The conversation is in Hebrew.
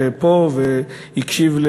והקשיב,